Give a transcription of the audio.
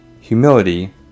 Humility